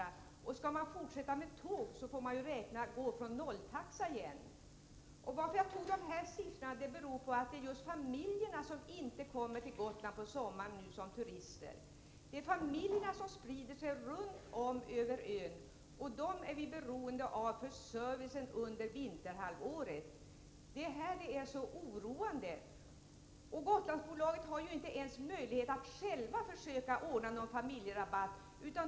Om man sedan skall fortsätta med tåg, får man återigen så att säga utgå från en nolltaxa. Att jag nämnt dessa siffror beror på att det är just familjerna som inte kommer till Gotland på sommaren och turistar. Det är ju familjerna som sprider sig runt om på ön som vi är beroende av för att kunna upprätthålla servicen under vinterhalvåret. Det här är verkligen oroande. Gotlandsbolaget har inte ens möjlighet att självt försöka ordna med familjerabatt.